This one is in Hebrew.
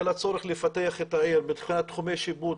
הצורך לפתח את העיר מבחינת תחומי שיפוט,